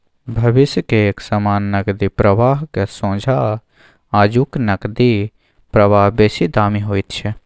भविष्य के एक समान नकदी प्रवाहक सोंझा आजुक नकदी प्रवाह बेसी दामी होइत छै